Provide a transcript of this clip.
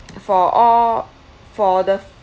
for all for the